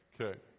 Okay